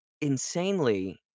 insanely